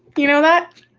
you know that?